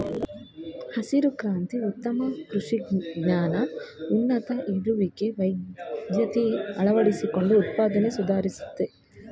ಹಸಿರು ಕ್ರಾಂತಿ ಉತ್ತಮ ಕೃಷಿ ಜ್ಞಾನ ಉನ್ನತ ಇಳುವರಿ ವೈವಿಧ್ಯತೆನ ಅಳವಡಿಸ್ಕೊಂಡು ಉತ್ಪಾದ್ನೆ ಸುಧಾರಿಸ್ತು